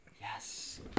Yes